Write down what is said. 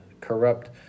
corrupt